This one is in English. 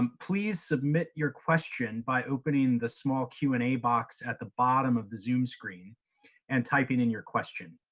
um please submit your question by opening the small q and a box at the bottom of the zoom screen and typing in your question.